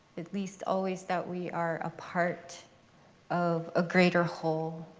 at least, always that we are a part of a greater whole,